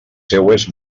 seues